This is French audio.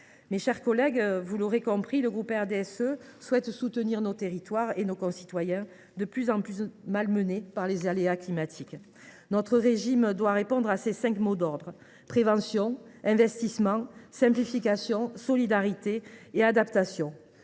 Mes chers collègues, vous l’avez compris, les élus du groupe RDSE sont particulièrement soucieux de soutenir nos territoires et nos concitoyens, de plus en plus malmenés par les aléas climatiques. Notre régime assurantiel doit répondre à ces cinq mots d’ordre : prévention, investissement, simplification, solidarité et adaptation.